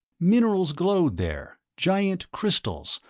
minerals glowed there, giant crystals,